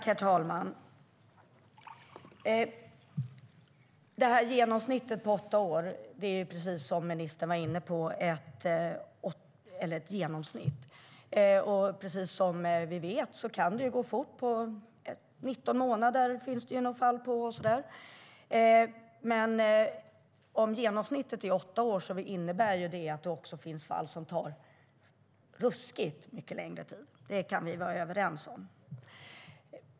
Herr talman! Precis som ministern var inne på är åtta år ett genomsnitt. Det kan gå fortare; det finns fall där det har tagit 19 månader. Men ett genomsnitt på åtta år innebär att det finns fall där det har tagit ruskigt mycket längre tid. Det kan vi vara överens om.